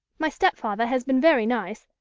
my stepfather has been very nice,